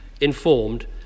informed